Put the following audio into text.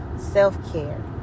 self-care